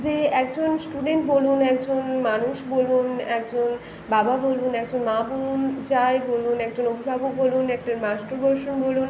যে একজন স্টুডেন্ট বলুন একজন মানুষ বলুন একজন বাবা বলুন একজন মা বলুন যাই বলুন একজন অভিভাবক বলুন একটা মাস্টারমশাই বলুন